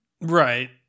Right